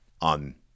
on